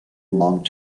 long